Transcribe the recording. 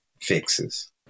fixes